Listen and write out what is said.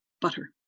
butter